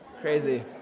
crazy